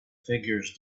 figures